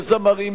לזמרים,